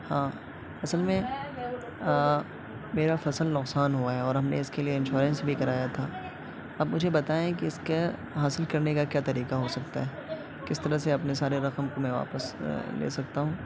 ہاں اصل میں میرا فصل نقصان ہوا ہے اور ہم نے اس کے لیے انسورنس بھی کرایا تھا اب مجھے بتائیں کہ اس کے حاصل کرنے کا کیا طریقہ ہو سکتا ہے کسی طرح سے اپنے سارے رقم میں واپس لے سکتا ہوں